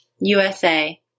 USA